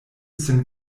sin